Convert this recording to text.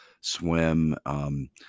swim